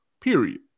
Period